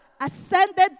ascended